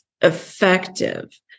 effective